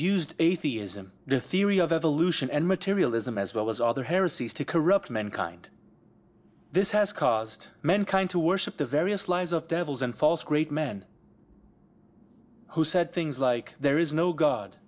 used atheism the theory of evolution and materialism as well as other heresies to corrupt mankind this has caused mankind to worship the various lies of devils and false great men who said things like there is no god